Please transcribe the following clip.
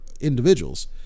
individuals